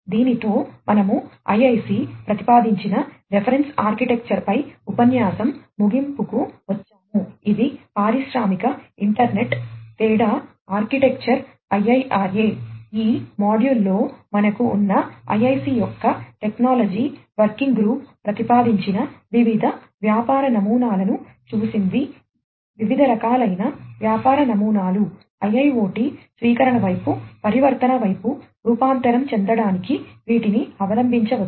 దీనితో మనము ఐఐసి ప్రతిపాదించిన రిఫరెన్స్ ఆర్కిటెక్చర్ పై ఉపన్యాసం ముగింపుకు వచ్చాము ఇది పారిశ్రామిక ఇంటర్నెట్ తేడా ఆర్కిటెక్చర్ IIRA ఈ మాడ్యూల్లో మనకు ఉన్న ఐఐసి యొక్క టెక్నాలజీ వర్కింగ్ గ్రూప్ ప్రతిపాదించిన వివిధ వ్యాపార నమూనాలను చూసింది వివిధ రకాలైన వ్యాపార నమూనాలు IIoT స్వీకరణ వైపు పరివర్తన వైపు రూపాంతరం చెందడానికి వీటిని అవలంబించవచ్చు